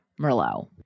merlot